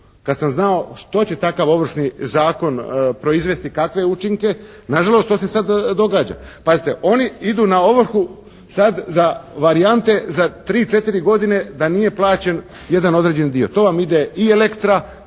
kad sam znao što će takav Ovršni zakon proizvesti kakve učinke na žalost to se sad događa. Pazite, oni idu na ovrhu sad za varijante za tri, četiri godine da nije plaćen jedan određeni dio. To vam ide i elektra.